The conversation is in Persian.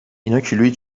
ایناکیلویی